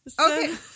Okay